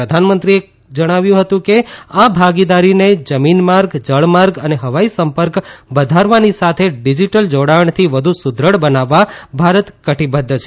પ્રધાનમંત્રીએ ઉમેર્થું હતું કે આ ભાગીદારીને જમીન માર્ગ જળ માર્ગ અને હવાઇ સંપર્ક વધારવાની સાથે ડીજીટલ જોડાણથી વધુ સુદ્દઢ બનાવવા ભારત કટીબધ્ધ છે